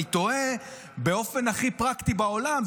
אני תוהה באופן הכי פרקטי בעולם,